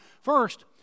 First